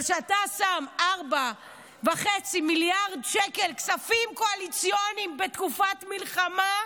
אבל כשאתה שם 4.5 מיליארד שקל כספים קואליציוניים בתקופת מלחמה,